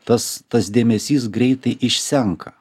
tas tas dėmesys greitai išsenka